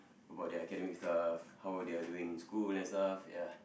about their academic stuff how they are doing in school and stuff ya